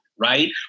right